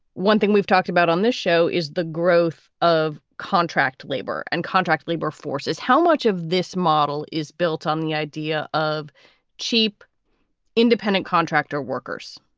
one thing we've talked about on this show is the growth of contract labor and contract labor forces. how much of this model is built on the idea of cheap independent contractor workers?